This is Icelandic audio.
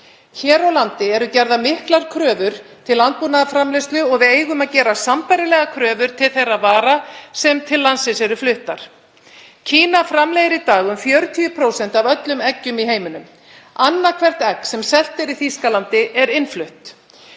Hér á landi eru gerðar miklar kröfur til landbúnaðarframleiðslu og við eigum að gera sambærilegar kröfur til þeirra vara sem til landsins eru fluttar. Kína framleiðir í dag um 40% af öllum eggjum í heiminum. Annað hvert egg sem selt er í Þýskalandi er innflutt.